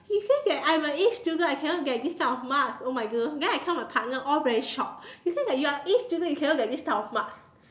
he say that I'm a A student I cannot get this type of marks oh my goodness then I tell my partner all very shocked he say that you're an A student you cannot get this type of marks